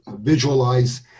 visualize